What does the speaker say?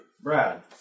Brad